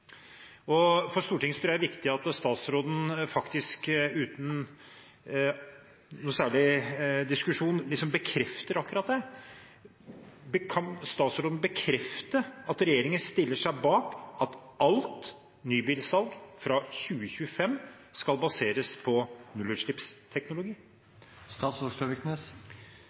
og for Stortinget tror jeg det er viktig at statsråden faktisk – uten noe særlig diskusjon – bekrefter akkurat det. Kan statsråden bekrefte at regjeringen stiller seg bak at alt nybilsalg fra 2025 skal baseres på